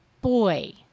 boy